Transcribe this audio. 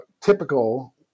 typical